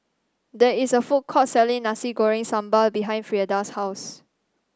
there is a food court selling Nasi Goreng Sambal behind Frieda's house